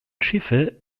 schiffe